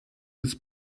des